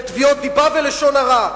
בתביעות דיבה ולשון הרע,